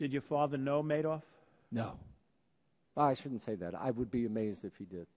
did your father know madoff know i shouldn't say that i would be amazed if he did